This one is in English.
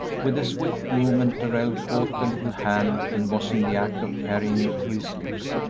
with a swift movement darrell caught the little hand and was in the act of carrying it to his lips,